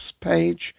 page